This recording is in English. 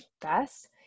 best